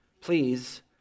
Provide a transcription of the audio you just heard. please